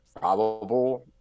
probable